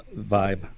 vibe